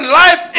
life